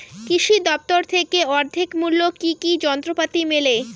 কৃষি দফতর থেকে অর্ধেক মূল্য কি কি যন্ত্রপাতি মেলে?